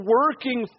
working